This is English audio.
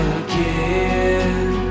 again